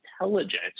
intelligence